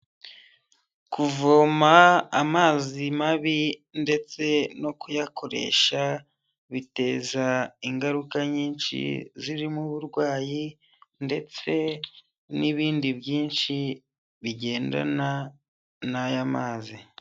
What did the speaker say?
Kuvoma amazi mabi ndetse no kuyakoresha biteza ingaruka nyinshi zirimo uburwayi ndetse n'ibindi byinshi bigendana n'aya mazi.